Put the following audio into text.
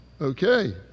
Okay